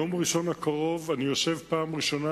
ביום ראשון הקרוב אני יושב פעם ראשונה